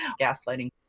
gaslighting